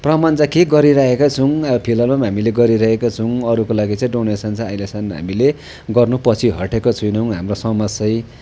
प्रमाण चाहिँ के गरिरहेकै छौँ अब फिलहालमा पनि हामीले गरिरहेकै छौँ अरूको लागि चाहिँ डोनेसन चाहिँ अहिलेसम्म हामीले गर्नु पछि हटेको छैनौँ हाम्रो समाज चाहिँ